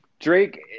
Drake